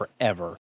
forever